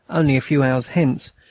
only a few hours hence,